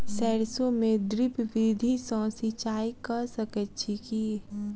सैरसो मे ड्रिप विधि सँ सिंचाई कऽ सकैत छी की?